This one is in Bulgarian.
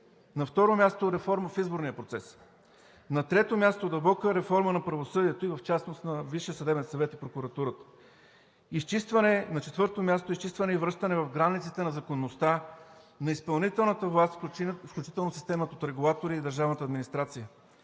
На второ място, реформа в изборния процес. На трето място, дълбока реформа на правосъдието и в частност на Висшия съдебен съвет и Прокуратурата. На четвърто място, изчистване и връщане в границите на законността на изпълнителната власт, включително системата от регулатори, и